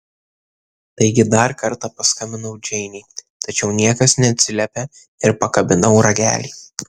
taigi dar kartą paskambinau džeinei tačiau niekas neatsiliepė ir pakabinau ragelį